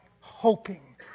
hoping